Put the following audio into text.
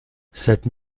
cette